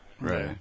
Right